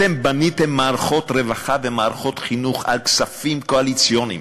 אתם בניתם מערכות רווחה ומערכות חינוך על כספים קואליציוניים,